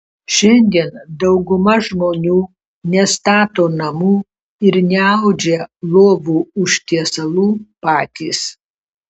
šiandien dauguma žmonių nestato namų ir neaudžia lovų užtiesalų patys